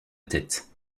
tête